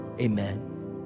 amen